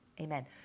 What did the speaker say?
Amen